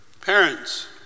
Parents